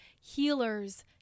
healers